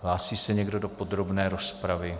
Hlásí se někdo do podrobné rozpravy?